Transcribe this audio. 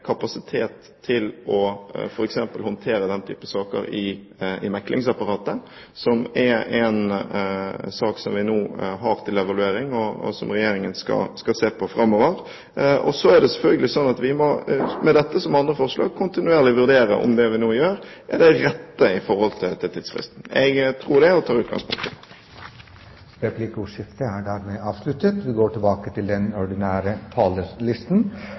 kapasitet til f.eks. å håndtere denne type saker i meklingsapparatet. Det er en sak som vi nå har til evaluering, og som Regjeringen skal se på framover. Så er det selvfølgelig slik at vi med dette forslaget, som med andre forslag, kontinuerlig må vurdere om det vi nå gjør, er det rette i forhold til tidsfristen. Jeg tror det og tar utgangspunkt i det. Replikkordskiftet er avsluttet. Det er en viktig sak vi har til